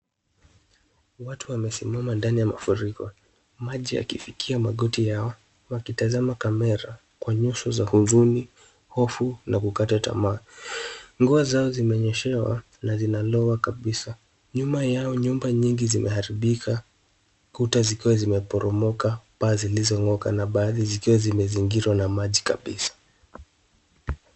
Watu wamesimama ndani ya mafuriko maji yakifikia magoti yao wakitazama kamera kwa nyuso za huzuni ,hofu na kukata tamaa. Nguo zao zimenyeshewa na zinalowa kabisa. Nyuma yao nyumba nyingi zimeharibika, kuta zikiwa zimeporomoka, paa zilizong'oka na baadhi zikiwa zimezingirwa na maji kabisa.